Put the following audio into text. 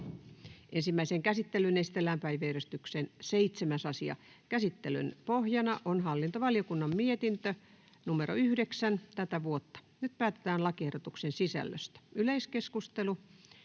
Ensimmäiseen käsittelyyn esitellään päiväjärjestyksen 6. asia. Käsittelyn pohjana on lakivaliokunnan mietintö LaVM 5/2023 vp. Nyt päätetään lakiehdotusten sisällöstä. Yleiskeskustelua.